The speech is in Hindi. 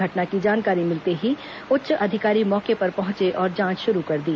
घटना की जानकारी मिलते ही उच्च अधिकारी मौके पर पहंचे और जांच शुरू कर दी